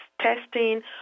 testing